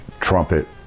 trumpet